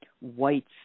whites